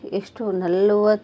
ಎಷ್ಟು ನಲ್ವತ್ತು